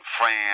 friend